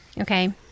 Okay